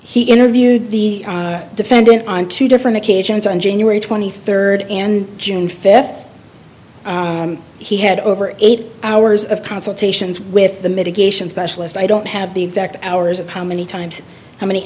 he interviewed the defendant on two different occasions on january twenty third and june fifth he had over eight hours of consultations with the mitigation specialist i don't have the exact hours of how many times how many